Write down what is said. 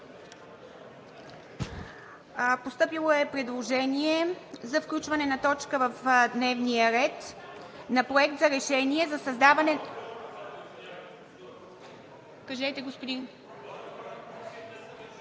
Постъпило е предложение за включване на точка в дневния ред на Проект за решение за създаването... Кажете, господин